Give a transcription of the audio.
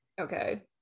Okay